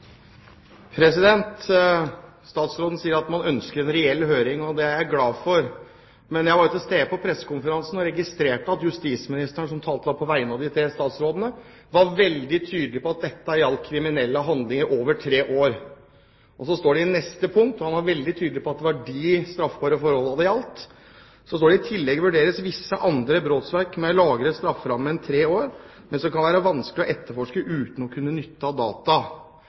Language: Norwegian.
Hoksrud. Statsråden sier at man ønsker en reell høring, og det er jeg glad for. Men jeg var til stede på pressekonferansen og registrerte at justisministeren, som talte på vegne av de tre statsrådene, var veldig tydelig på at dette gjaldt kriminelle handlinger med en strafferamme på over tre år. Og så står det i neste punkt – og han var veldig tydelig på at det var de straffbare forholdene det gjaldt – at i tillegg vurderes visse andre brottsverk med lavere strafferamme enn tre år, men som kan være vanskelig å etterforske uten å kunne nytte data.